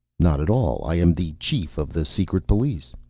not at all. i am the chief of the secret police.